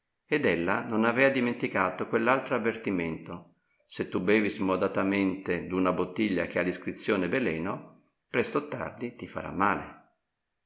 ed ella non avea dimenticato quell'altro avvertimento se tu bevi smodatamente d'una bottiglia che ha l'iscrizione veleno presto o tardi ti farà male